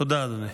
תודה אדוני.